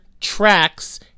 tracks